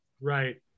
Right